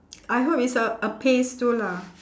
I hope it's a a phase too lah